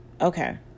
Okay